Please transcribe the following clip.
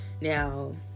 Now